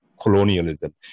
colonialism